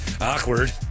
Awkward